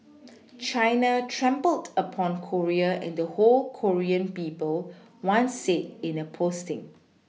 China trampled upon Korea and the whole Korean people one said in a posting